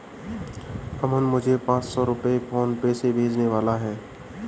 अमन मुझे पांच सौ रुपए फोनपे से भेजने वाला है